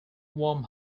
warm